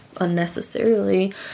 unnecessarily